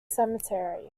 cemetery